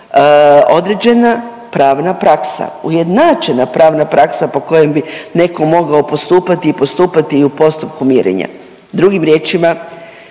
određena pravna praksa. Ujednačena pravna praksa po kojem bi netko mogao postupati i postupati i u postupku mirenja. Drugim riječima